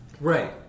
Right